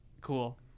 Cool